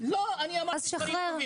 אז שחרר.